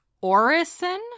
Orison